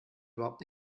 überhaupt